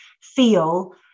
feel